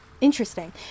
interesting